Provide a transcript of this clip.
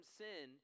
sin